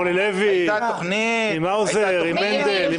עם אורלי לוי, עם האוזר, עם הנדל?